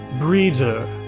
breeder